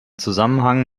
zusammenhang